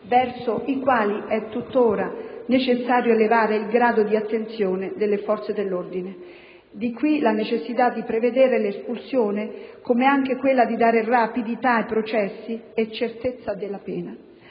verso i quali è tuttora necessario elevare il grado di attenzione delle forze dell'ordine. Di qui la necessità di prevedere l'espulsione, come anche quella di dare rapidità ai processi e certezza della pena.